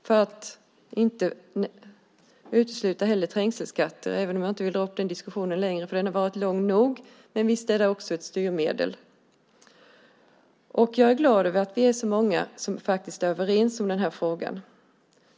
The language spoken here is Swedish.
Jag vill heller inte utesluta trängselskatter, även om jag inte vill göra den diskussionen längre. Den har varit lång nog. Men visst är det också ett styrmedel. Jag är glad över att vi är så många som är överens i den här frågan.